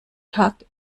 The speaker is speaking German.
tagt